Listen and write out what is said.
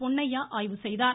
பொன்னையா ஆய்வு செய்தார்